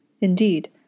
Indeed